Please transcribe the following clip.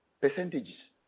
percentages